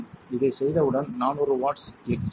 இதைச் செய்தவுடன் 400 watts click செய்யவும்